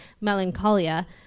melancholia